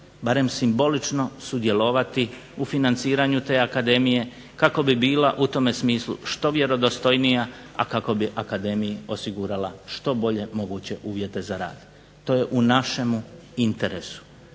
barem simbolično sudjelovati u financiranju te akademije kako bi bila u tome smislu što vjerodostojnija a kako bi akademiji osigurala što bolje moguće uvjete za rad. To je u našemu interesu.